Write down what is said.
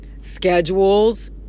Schedules